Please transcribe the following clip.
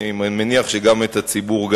אני מניח שגם את הציבור.